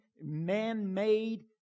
man-made